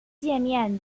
介面